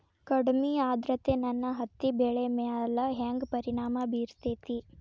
ಕಡಮಿ ಆದ್ರತೆ ನನ್ನ ಹತ್ತಿ ಬೆಳಿ ಮ್ಯಾಲ್ ಹೆಂಗ್ ಪರಿಣಾಮ ಬಿರತೇತಿ?